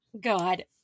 God